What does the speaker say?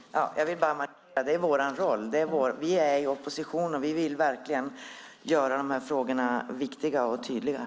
Herr talman! Jag vill bara markera detta eftersom det är vår roll. Vi är i opposition, och vi vill verkligen tydliggöra dessa frågor.